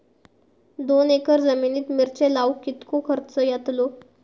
दोन एकर जमिनीत मिरचे लाऊक कितको खर्च यातलो?